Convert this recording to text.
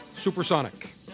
Supersonic